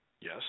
Yes